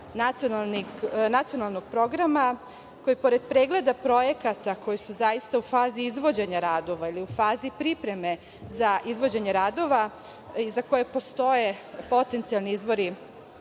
nacionalnog programa, koji pored pregleda projekata koji su zaista u fazi izvođenja radova ili u fazi pripreme za izvođenje radova i za koje postoje potencijalni izvori